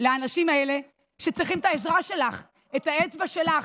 לאנשים האלה, שצריכים את העזרה שלך, את האצבע שלך.